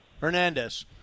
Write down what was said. Hernandez